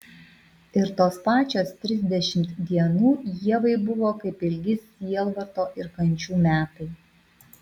ir tos pačios trisdešimt dienų ievai buvo kaip ilgi sielvarto ir kančių metai